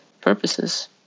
purposes